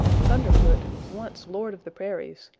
thunderfoot, once lord of the prairies,